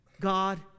God